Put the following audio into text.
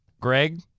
greg